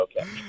okay